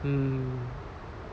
mm